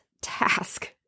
task